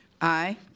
Aye